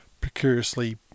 precariously